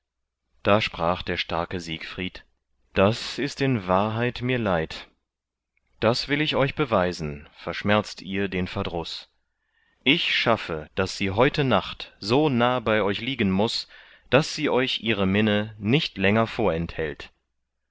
da sprach der starke siegfried das ist in wahrheit mir leid das will ich euch beweisen verschmerzt ihr den verdruß ich schaffe daß sie heute nacht so nah bei euch liegen muß daß sie euch ihre minne nicht länger vorenthält